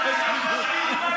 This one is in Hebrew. לכם.